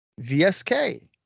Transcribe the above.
VSK